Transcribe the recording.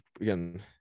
again